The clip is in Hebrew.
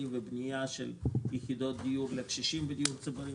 ובנייה של יחידות דיור לקשישים בדיור ציבורי,